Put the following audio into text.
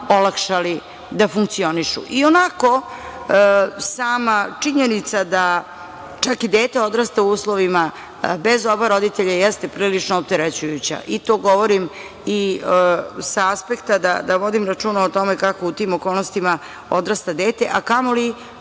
olakšali da funkcionišu. Sama činjenica čak i dete odrasta u uslovima bez oba roditelj jeste prilično opterećujuća i to govorim i sa aspekta da vodim računa o tome kako u tim okolnostima odrasta dete, a kamoli